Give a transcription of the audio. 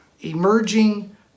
emerging